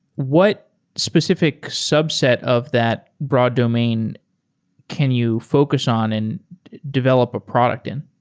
what specific subset of that broad domain can you focus on and develop a product in?